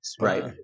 Right